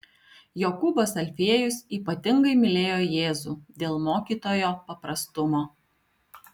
jokūbas alfiejus ypatingai mylėjo jėzų dėl mokytojo paprastumo